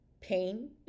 pain